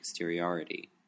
exteriority